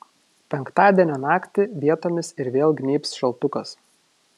penktadienio naktį vietomis ir vėl gnybs šaltukas